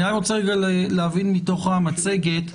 אני רוצה רק להבין מתוך המצגת,